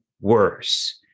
worse